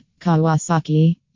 Kawasaki